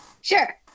Sure